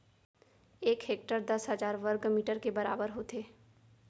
एक हेक्टर दस हजार वर्ग मीटर के बराबर होथे